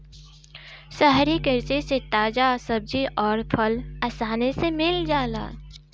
शहरी कृषि से ताजा सब्जी अउर फल आसानी से मिल जाला